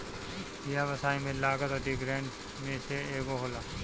व्यवसाय में लागत अधिग्रहण में से एगो होला